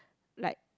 like